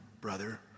brother